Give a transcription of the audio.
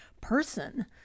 person